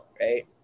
right